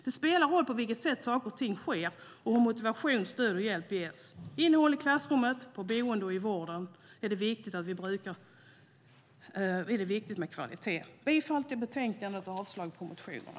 Det spelar roll på vilket sätt saker och ting sker och hur motivation, stöd och hjälp ges. Innehållet i klassrummet, på boendet och i vården är det viktiga, och vi brukar tala om det som kvalitet. Jag yrkar bifall till förslaget i betänkandet och avslag på motionerna.